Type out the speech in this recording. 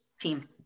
Team